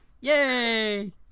Yay